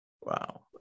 Wow